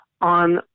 on